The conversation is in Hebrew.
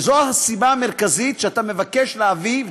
וזו הסיבה המרכזית שאתה מבקש להביא,